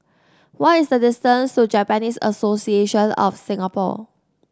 what is the distance to Japanese Association of Singapore